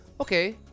Okay